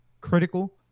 critical